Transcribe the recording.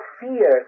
fear